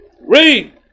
Read